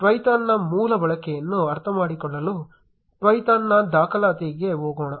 Twython ನ ಮೂಲ ಬಳಕೆಯನ್ನು ಅರ್ಥಮಾಡಿಕೊಳ್ಳಲು Twython ನ ದಾಖಲಾತಿಗೆ ಹೋಗೋಣ